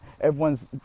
Everyone's